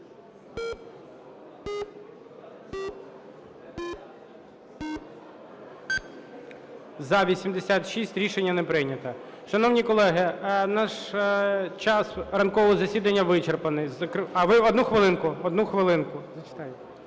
За-86 Рішення не прийнято. Шановні колеги, наш час ранкового засідання вичерпаний. А, ви… Одну хвилинку, одну хвилинку. Слово